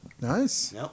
Nice